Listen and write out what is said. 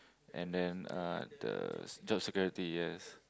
and then uh the job security yes